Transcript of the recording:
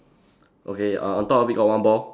okay uh on top of it got one ball